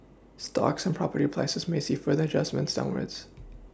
stocks and property prices may see further adjustments downwards